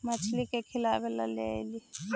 मछली के खिलाबे ल का लिअइ?